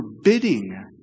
forbidding